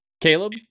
Caleb